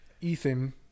Ethan